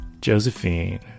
Josephine